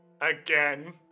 Again